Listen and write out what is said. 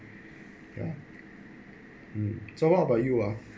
ya mm so what about you